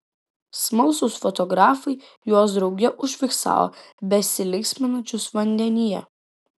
smalsūs fotografai juos drauge užfiksavo besilinksminančius vandenyje